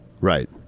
Right